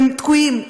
והם תקועים,